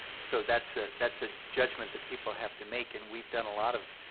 so, that's a that's a judgment that people have to make. and we've done a lot of,